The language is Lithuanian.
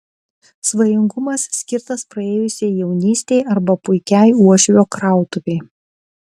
svajingumas skirtas praėjusiai jaunystei arba puikiai uošvio krautuvei